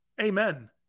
Amen